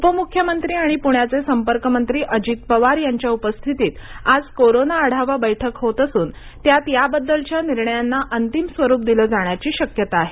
उपमुख्यमंत्री आणि पुण्याचे संपर्क मंत्री अजित पवार यांच्या उपस्थितीत आज कोरोना आढावा बैठक होत असुन त्यात या बद्दलच्या निर्णयांना अंतिम स्वरुप दिल जाण्याची शक्यता आहे